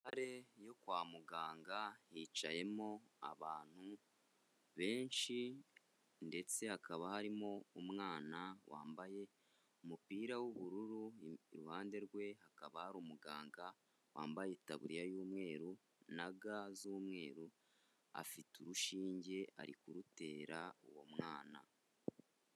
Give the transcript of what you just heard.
Bare yo kwa muganga hicayemo abantu benshi ndetse hakaba harimo umwana wambaye umupira w'ubururu, iruhande rwe ha kaba hari umuganga wambaye itaburiya y'umweru na ga z'umweru afite urushinge ari kurutera uwo mwana.